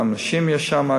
גם נשים יש שם,